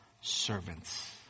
servants